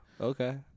Okay